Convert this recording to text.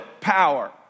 power